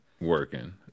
working